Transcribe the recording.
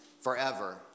forever